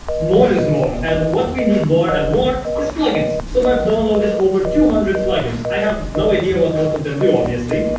more is more! and what we need more and more is plugins. so, i've downloaded over two hundred plugins i have no idea what most of them do obviously.